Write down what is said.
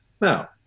Now